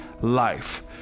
life